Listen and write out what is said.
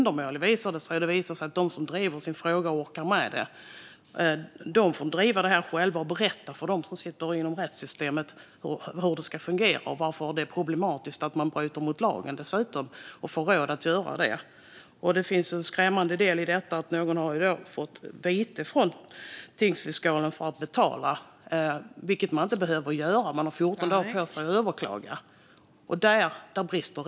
Det visar sig att de som orkar driva sin fråga själva får berätta för dem inom rättssystemet hur det ska fungera och varför det är problematiskt att man bryter mot lagen och får råd om att göra det. Det finns en skrämmande del i detta. Någon har fått vite från tingsfiskalen att betala, vilket man inte behöver göra. Man har 14 dagar på sig att överklaga. Där brister rättssystemet.